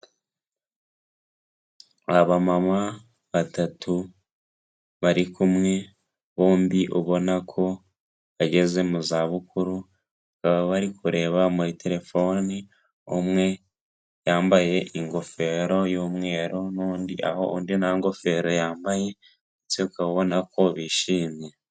Abamama batatu bari kumwe bombi ubona ko bageze mu za bukuru, bakaba bari kureba muri terefoni umwe yambaye ingoferoro y'umweru, n'undi aho undi nta ngofero yambaye ndetse ukaba ubona ko bishimye.